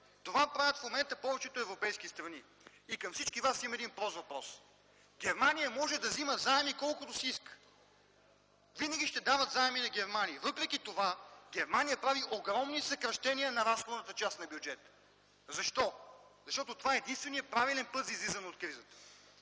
правят го повечето европейски страни. Към всички вас имам един прост въпрос. Германия може да вземе заеми, колкото си иска. Винаги ще дават заеми на Германия. Въпреки това Германия прави огромни съкращения на разходната част на бюджета. Защо? Това е единственият правилен път за излизане от кризата.